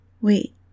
Wait